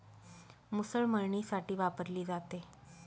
मुसळ मळणीसाठी वापरली जाते